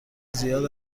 زیاد